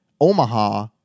Omaha